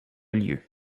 lieu